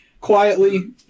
quietly